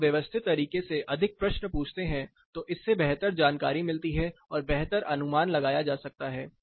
जब आप व्यवस्थित तरीके से अधिक प्रश्न पूछते हैं तो इससे बेहतर जानकारी मिलती है और बेहतर अनुमान लगाया जा सकता है